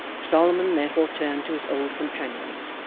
solomon therefore turned to his old companions,